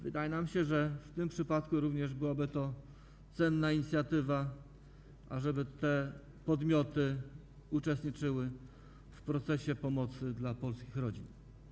Wydaje nam się, że w tym przypadku również byłoby to cenna inicjatywa, ażeby te podmioty uczestniczyły w procesie pomocy dla polskich rodzin.